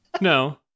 No